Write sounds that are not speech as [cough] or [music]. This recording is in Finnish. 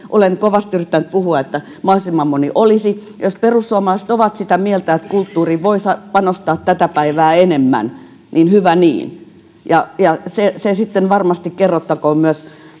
[unintelligible] olen kovasti yrittänyt puhua että mahdollisimman moni olisi jos perussuomalaiset ovat sitä mieltä että kulttuuriin voi panostaa tätä päivää enemmän niin hyvä niin ja ja se se sitten varmasti kerrottakoon myös